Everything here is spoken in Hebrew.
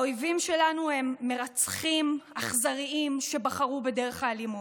האויבים שלנו הם מרצחים אכזריים שבחרו בדרך האלימות.